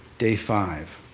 day five,